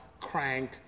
crank